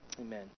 Amen